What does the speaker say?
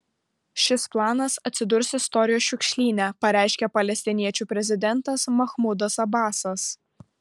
šis planas atsidurs istorijos šiukšlyne pareiškė palestiniečių prezidentas mahmudas abasas